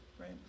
Right